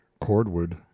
cordwood